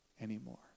anymore